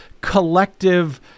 collective